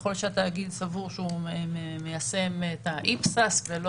ככל שהתאגיד סבור שהוא מיישם את האיפסה ולא